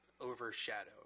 overshadow